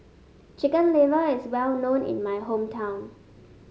Chicken Liver is well known in my hometown